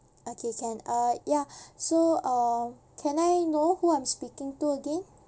okay can uh ya so uh can I know who I'm speaking to again